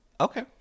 Okay